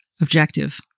objective